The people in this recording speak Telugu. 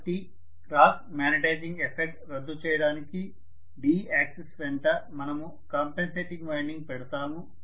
కాబట్టి క్రాస్ మాగ్నిటైజింగ్ ఎఫెక్ట్ రద్దు చేయడానికి d యాక్సిస్ వెంట మనము కాంపెన్సేటింగ్ వైండింగ్ పెడతాము